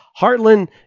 Heartland